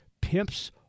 pimps